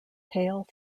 tail